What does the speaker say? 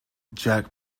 jack